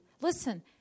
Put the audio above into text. listen